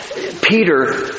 Peter